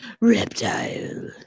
Reptile